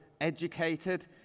educated